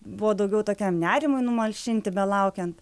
buvo daugiau tokiam nerimui numalšinti belaukiant